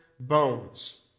bones